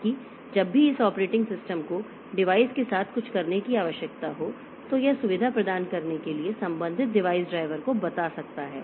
ताकि जब भी इस ऑपरेटिंग सिस्टम को डिवाइस के साथ कुछ करने की आवश्यकता हो तो यह सुविधा प्रदान करने के लिए संबंधित डिवाइस ड्राइवर को बता सकता है